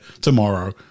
tomorrow